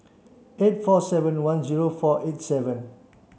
eight four seven one zero four eight seven